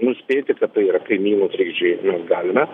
nuspėti kad tai yra kaimynų trikdžiai mes galime